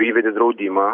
įvedė draudimą